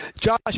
Josh